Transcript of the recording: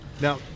Now